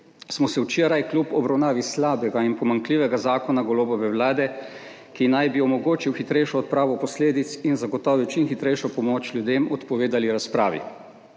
smo se včeraj kljub obravnavi slabega in pomanjkljivega zakona Golobove vlade, ki naj bi omogočil hitrejšo odpravo posledic in zagotovil čim hitrejšo pomoč ljudem, odpovedali razpravi